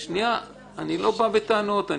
אני לא בא בטענות.